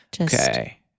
Okay